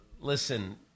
listen